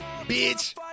bitch